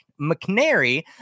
mcnary